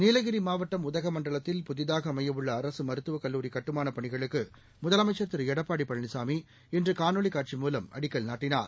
நீலகிரி மாவட்டம் உதகமண்டலத்தில் புதிதாக அமையவுள்ள அரசு மருத்துவக் கல்லூரி கட்டுமானப் பணிகளுக்கு முதலமைச்ச் திரு எடப்பாடி பழனிசாமி இன்று காணொலி காட்சி மூலம் அடிக்கல் நாட்டினார்